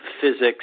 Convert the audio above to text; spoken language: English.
physics